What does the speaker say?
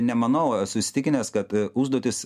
ne manau esu įsitikinęs kad užduotis